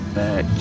back